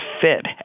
fit